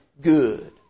good